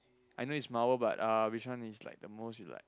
I know is Marvel but uh which one is the most you like